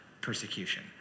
persecution